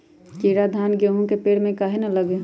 कीरा धान, गेहूं के पेड़ में काहे न लगे?